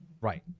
Right